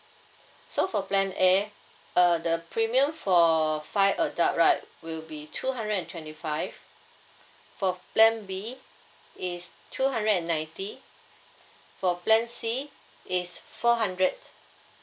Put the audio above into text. so for plan A err the premium for five adult right will be two hundred and twenty five for plan B is two hundred and ninety for plan C is four hundred